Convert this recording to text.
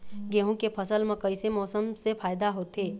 गेहूं के फसल म कइसे मौसम से फायदा होथे?